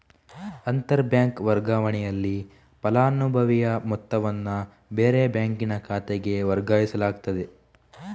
ಅಂತರ ಬ್ಯಾಂಕ್ ವರ್ಗಾವಣೆನಲ್ಲಿ ಫಲಾನುಭವಿಯ ಮೊತ್ತವನ್ನ ಬೇರೆ ಬ್ಯಾಂಕಿನ ಖಾತೆಗೆ ವರ್ಗಾಯಿಸಲಾಗ್ತದೆ